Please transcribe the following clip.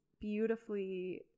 beautifully